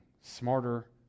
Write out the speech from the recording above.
smarter